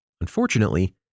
Unfortunately